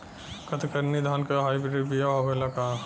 कतरनी धान क hybrid बिया आवेला का?